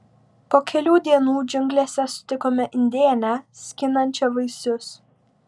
po kelių dienų džiunglėse sutikome indėnę skinančią vaisius